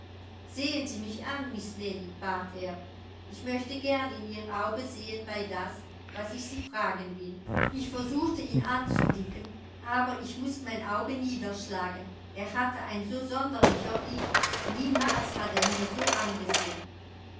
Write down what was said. sehen sie mich an miß nellie bat er ich möchte gern in ihr auge sehen bei das was ich sie fragen will ich versuchte ihn anzublicken aber ich mußt mein auge niederschlagen er hatte ein so sonderlicher blick niemals hat er mir so angesehen